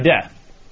death